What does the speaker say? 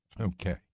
Okay